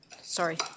Sorry